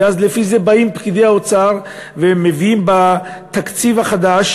ולפי זה באים פקידי האוצר ומביאים בתקציב החדש